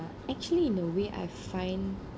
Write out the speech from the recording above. actually in a way I find